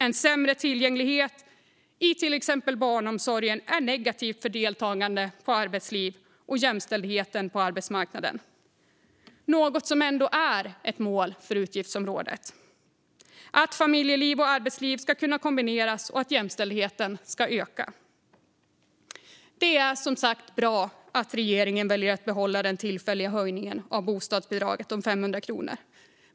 En sämre tillgänglighet i till exempel barnomsorgen är negativt för deltagande i arbetsliv och jämställdheten på arbetsmarknaden. Detta är ändå ett mål för utgiftsområdet - att familjeliv och arbetsliv ska kunna kombineras och att jämställdheten ska öka. Det är som sagt bra att regeringen väljer att behålla den tillfälliga höjningen av bostadsbidraget om 500 kronor.